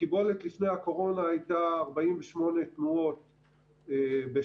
הקיבולת לפני הקורונה הייתה 48 תנועות בשעה.